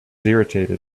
irritated